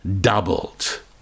doubled